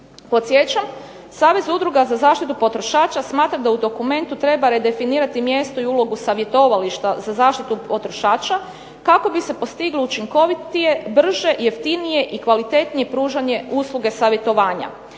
Podsjećam, Savez udruga za zaštitu potrošača smatra da u dokumentu treba redefinirati mjesto i ulogu savjetovališta za zaštitu potrošača kako bi se postiglo učinkovitije, brže, jeftinije i kvalitetnije pružanje usluge savjetovanja.